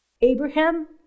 Abraham